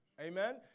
Amen